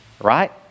right